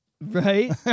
Right